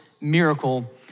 miracle